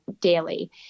daily